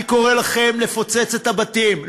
אני קורא לכם לפוצץ את הבתים,